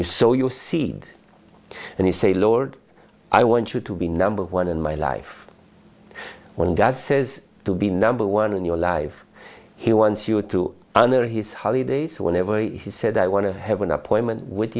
you so you see and you say lord i want you to be number one in my life when god says to be number one in your life he wants you to under his holy days whenever he said i want to have an appointment with